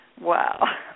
Wow